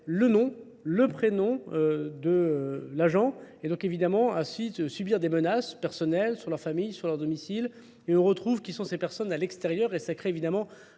le nom le prénom de l'agent et donc évidemment ainsi subir des menaces personnelles sur leur famille, sur leur domicile et on retrouve qui sont ces personnes à l'extérieur et ça crée évidemment